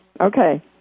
Okay